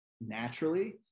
naturally